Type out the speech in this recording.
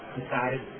decided